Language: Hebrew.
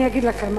אני אגיד לכם,